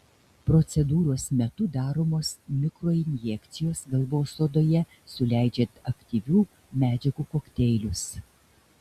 procedūros metu daromos mikroinjekcijos galvos odoje suleidžiant aktyvių medžiagų kokteilius